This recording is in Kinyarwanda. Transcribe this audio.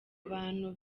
abantu